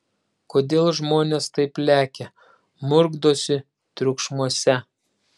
kodėl žmonės taip lekia murkdosi triukšmuose